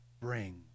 bring